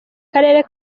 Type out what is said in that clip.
karere